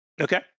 Okay